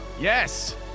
Yes